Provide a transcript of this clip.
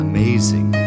Amazing